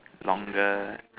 longer